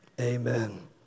amen